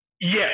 Yes